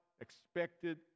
expected